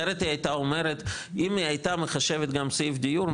אחרת היא הייתה אומרת אם היא הייתה מחשבת גם סעיף דיור,